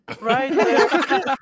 Right